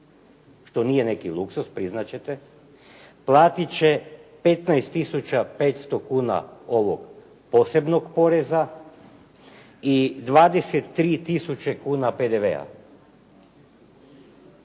što nije neki luksuz, priznat ćete, platit će 15500 kuna ovog posebnog poreza i 23 tisuće kuna PDV-a.